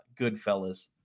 goodfellas